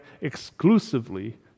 exclusively